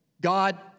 God